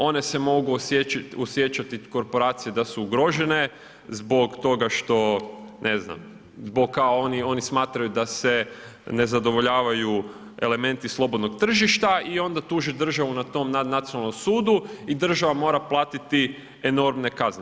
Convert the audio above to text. One se mogu osjećati korporacije da su ugrožene zbog toga što, ne znam, oni smatraju da se ne zadovoljavaju elementi slobodnog tržišta i onda tuže državu na tom nadnacionalnom sudu i država mora platiti enormne kazne.